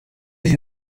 iyi